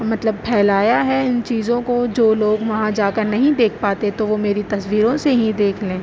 مطلب پھیلایا ہے ان چیزوں کو جو لوگ وہاں جا کر نہیں دیکھ پاتے تو وہ میری تصویروں سے ہی دیکھ لیں